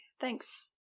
thanks